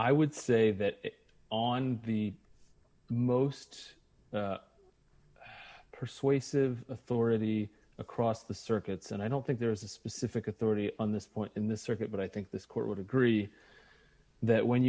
i would say that on the most persuasive authority across the circuits and i don't think there is a specific authority on this point in the circuit but i think this court would agree that when